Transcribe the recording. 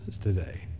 today